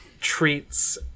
treats